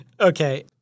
Okay